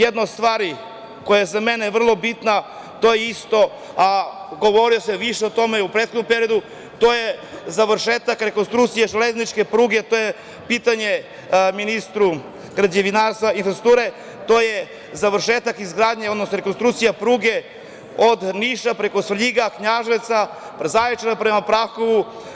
Jedna od stvari koja je za mene vrlo bitna, a govorilo se više o tome u prethodnom periodu, to je završetak rekonstrukcije železničke pruge, to je pitanje ministru građevinarstva i infrastrukture, to je završetak izgradnje, odnosno rekonstrukcija pruge od Niša preko Svrljiga, Knjaževca, Zaječara, prema Prahovu.